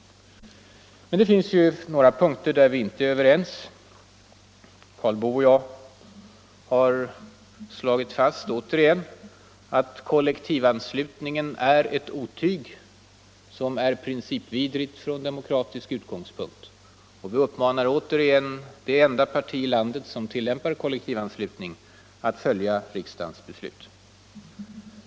Karl Boo och jag har återigen slagit fast att kollektivanslutningen är ett otyg som är principvidrigt från demokratiska utgångspunkter. Vi uppmanar återigen det enda parti i landet som tillämpar kollektivanslutning att följa riksdagens beslut.